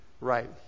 Right